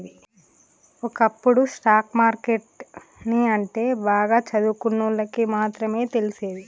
ఒకప్పుడు stock market ని అంటే బాగా సదువుకున్నోల్లకి మాత్రమే తెలిసేది